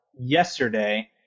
yesterday